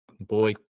Boy